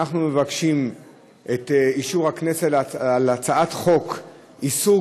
אנחנו מבקשים את אישור הכנסת להצעת חוק איסור